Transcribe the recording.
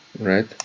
right